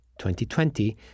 2020